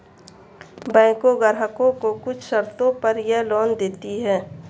बैकें ग्राहकों को कुछ शर्तों पर यह लोन देतीं हैं